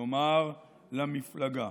כלומר למפלגה.